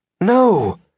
No